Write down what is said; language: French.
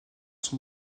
son